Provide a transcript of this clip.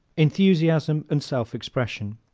enthusiasm and self-expression